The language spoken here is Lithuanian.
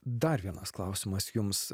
dar vienas klausimas jums